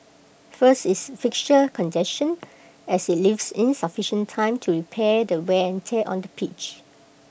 first is fixture congestion as IT leaves insufficient time to repair the wear and tear on the pitch